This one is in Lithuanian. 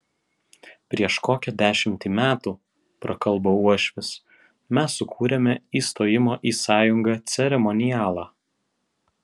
prieš kokią dešimtį metų prakalbo uošvis mes sukūrėme įstojimo į sąjungą ceremonialą